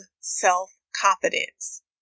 self-confidence